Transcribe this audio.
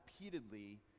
repeatedly